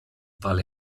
weil